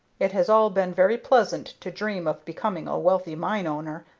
it has all been very pleasant to dream of becoming a wealthy mine-owner,